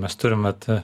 mes turim mat